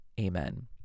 Amen